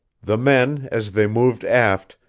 the men, as they moved aft,